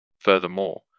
Furthermore